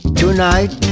tonight